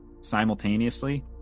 simultaneously